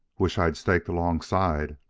wish i'd staked alongside,